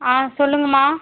ஆ சொல்லுங்கள்ம்மா